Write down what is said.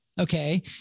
Okay